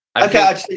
okay